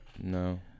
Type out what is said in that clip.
No